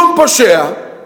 שום פושע,